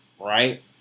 right